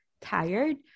tired